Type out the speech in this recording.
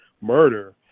murder